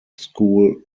school